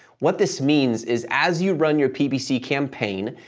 what this means is, as you run your ppc campaign,